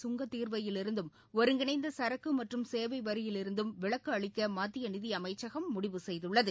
சுங்கத் தீர்வையிலிருந்தும் ஒருங்கிணைந்த சரக்கு மற்றும் சேவை வரியிலிருந்தும் விலக்கு அளிக்க மத்திய நிதி அமைச்சகம் முடிவு செய்துள்ளது